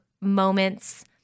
moments